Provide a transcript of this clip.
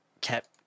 kept